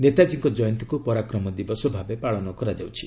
ନେତାଜୀଙ୍କ ଜୟନ୍ତୀକୁ 'ପରାକ୍ରମ ଦିବସ' ଭାବେ ପାଳନ କରାଯାଉଛି